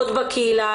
עוד בקהילה.